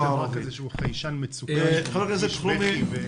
חבר הכנסת אלחרומי,